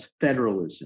federalism